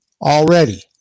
already